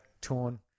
torn